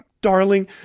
Darling